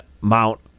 Mount